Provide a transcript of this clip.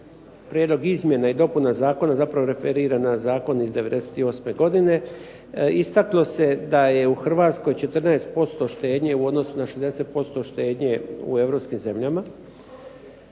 prijedlog izmjena i dopune zakona zapravo referira na zakon iz '98. godine istaklo se da je u Hrvatskoj 14% štednje u odnosu na 60% u europskim zemljama,